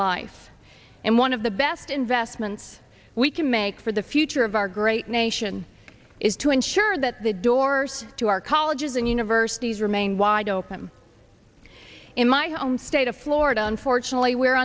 life and one of the best investments we can make for the future of our great nation is to ensure that the doors to our colleges and universities remain wide open in my home state of florida unfortunately we're